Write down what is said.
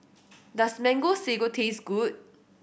does Mango Sago taste good